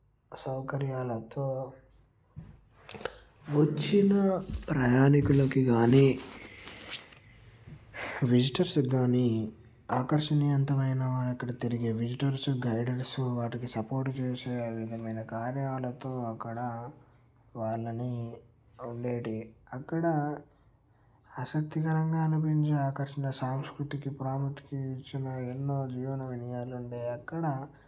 సౌకర్యాలతో వచ్చిన ప్రయాణికులకు కానీ విజిటర్స్కి కానీ ఆకర్షనీయవంతమైన అక్కడ తిరిగే విజిటర్స్ గైడెర్స్ వాటికి సపోర్ట్ చేసే విధమైన కార్యాలతో అక్కడ వాళ్ళని ఉండేవి అక్కడ ఆసక్తికరంగా అనిపించే ఆకర్షణ సాంస్కృతికి ప్రాముఖ్యం ఇచ్చిన ఎన్నో జీవన విధానాలు ఉండేవి అక్కడ